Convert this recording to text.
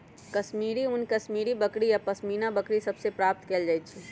कश्मीरी ऊन कश्मीरी बकरि आऽ पशमीना बकरि सभ से प्राप्त कएल जाइ छइ